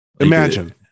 Imagine